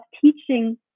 teaching